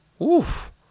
oof